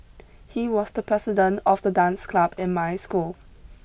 he was the president of the dance club in my school